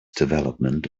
development